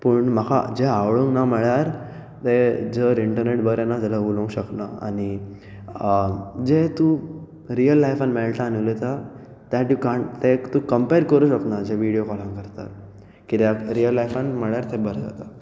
पूण म्हाका जें आवडूंक ना म्हळ्यार तें जर इंटनॅट बरें ना जाल्या उलोवंक शकना आनी जें तूं रियल लायफान मेळटा आनी उलयता दॅट यू काण्ट तें तूं कम्पॅर करूं शकना जें विडयो कॉलान करता किद्याक रियल लायफान म्हळ्ळ्यार तें बरें जाता